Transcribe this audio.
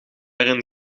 erin